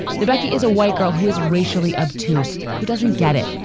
the becky is a white girl who is racially obtuse, who doesn't get it.